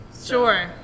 Sure